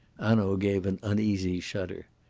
hanaud gave an uneasy shudder.